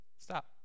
Stop